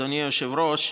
אדוני היושב-ראש,